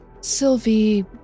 Sylvie